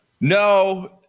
No